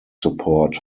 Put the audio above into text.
support